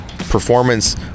Performance